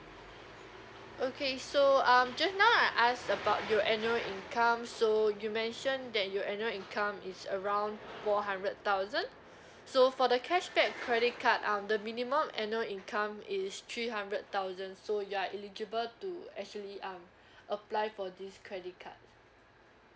okay so um just now I asked about your annual income so you mentioned that your annual income is around four hundred thousand so for the cashback credit card um the minimum annual income is three hundred thousand so you're eligible to actually uh apply for this credit card